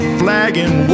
flagging